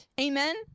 amen